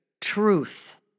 Truth